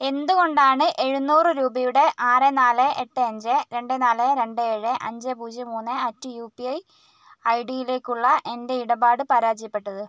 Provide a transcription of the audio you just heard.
എന്തുകൊണ്ടാണ് എഴുനൂറ് രൂപയുടെ ആറ് നാല് എട്ട് അഞ്ച് രണ്ട് നാല് രണ്ട് ഏഴ് അഞ്ച് പൂജ്യം മൂന്ന് അറ്റ് യു പി ഐ ഐഡിയിലേക്കുള്ള എൻ്റെ ഇടപാട് പരാജയപ്പെട്ടത്